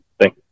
Thank